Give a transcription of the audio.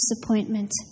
disappointment